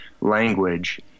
language